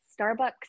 Starbucks